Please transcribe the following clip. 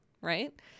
right